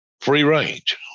free-range